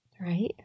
right